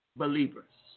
believers